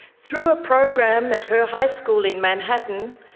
through a program at her high school in manhattan,